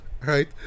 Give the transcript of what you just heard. right